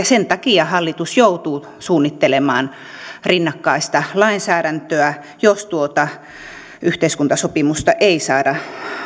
sen takia hallitus joutuu suunnittelemaan rinnakkaista lainsäädäntöä jos tuota yhteiskuntasopimusta ei saada